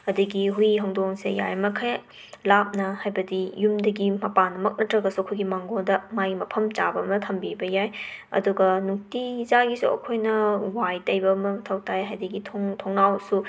ꯑꯗꯒꯤ ꯍꯨꯏ ꯍꯧꯗꯣꯡꯁꯦ ꯌꯥꯔꯤꯃꯈꯩ ꯂꯥꯞꯅ ꯍꯥꯏꯕꯗꯤ ꯌꯨꯝꯗꯒꯤ ꯃꯄꯥꯟꯃꯛ ꯅꯠꯇ꯭ꯔꯒꯁꯨ ꯑꯈꯣꯏꯒꯤ ꯃꯥꯡꯒꯣꯟꯗ ꯃꯥꯒꯤ ꯃꯐꯝ ꯆꯥꯕ ꯑꯃ ꯊꯝꯕꯤꯕ ꯌꯥꯏ ꯑꯗꯨꯒ ꯅꯨꯡꯇꯤꯖꯥꯒꯤꯁꯨ ꯑꯈꯣꯏꯅ ꯋꯥꯏ ꯇꯩꯕ ꯑꯃ ꯃꯊꯧ ꯇꯥꯏ ꯑꯗꯒꯤ ꯊꯣꯡ ꯊꯣꯡꯅꯥꯎꯁꯨ